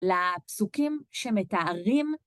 לפסוקים שמתארים